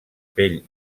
pell